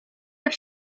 jak